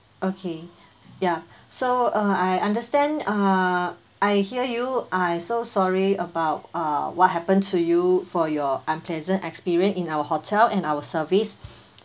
okay ya so uh I understand uh I hear you I'm so sorry about uh what happened to you for your unpleasant experience in our hotel and our service